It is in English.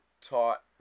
taught